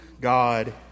God